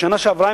בשנה שעברה,